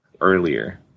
earlier